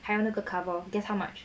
还有那个 cover guess how much